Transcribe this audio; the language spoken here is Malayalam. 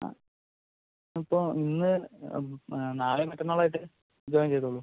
ആ അപ്പോൾ ഇന്ന് ആ നാളെയോ മറ്റന്നാളോ ആയിട്ട് ജോയിൻ ചെയ്തോളൂ